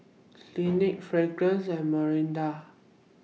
Clinique Fragrance and Mirinda